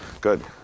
good